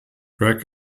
greg